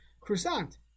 croissant